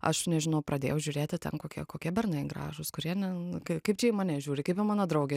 aš nežinau pradėjau žiūrėti ten kokie kokie bernai gražūs kurie ne kaip kaip čia į mane žiūri kaip į mano draugę